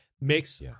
makes